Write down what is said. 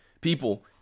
people